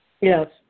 Yes